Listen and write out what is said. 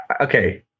okay